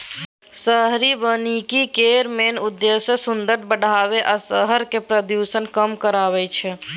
शहरी बनिकी केर मेन उद्देश्य सुंदरता बढ़ाएब आ शहरक प्रदुषण कम करब छै